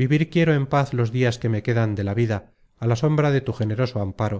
vivir quiero en paz los dias que me quedan de la vida á la sombra de tu generoso amparo